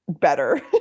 better